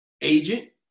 agent